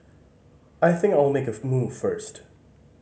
I think I will make a move first